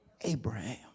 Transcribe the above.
Abraham